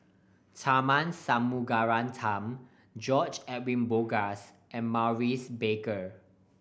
Tharman Shanmugaratnam George Edwin Bogaars and Maurice Baker